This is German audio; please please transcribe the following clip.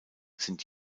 sind